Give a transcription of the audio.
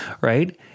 right